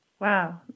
Wow